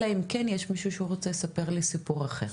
אלא אם כן יש מישהו שמספר לי סיפור אחר.